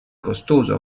costoso